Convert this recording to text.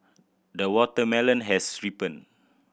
the watermelon has ripened